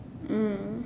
mm